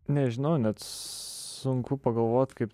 nežinau net sunku pagalvot kaip